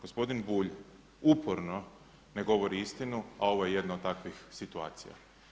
Gospodin Bulj uporno ne govori istinu, a ovo je jedno od takvih situacija.